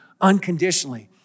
unconditionally